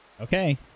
Okay